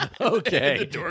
okay